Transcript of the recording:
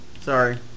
sorry